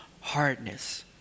hardness